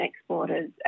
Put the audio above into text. exporters